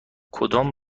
کدام